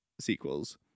sequels